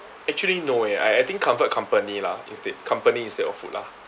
actually no eh I I think comfort company lah instead company instead of food lah